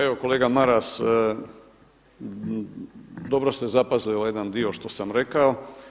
Evo kolega Maras, dobro ste zapazili ovaj jedan dio što sam rekao.